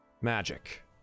Magic